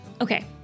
Okay